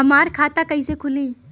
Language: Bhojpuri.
हमार खाता कईसे खुली?